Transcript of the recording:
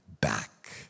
back